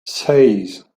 seis